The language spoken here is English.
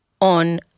on